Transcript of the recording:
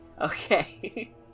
Okay